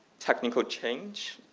technical change?